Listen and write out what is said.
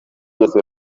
vyose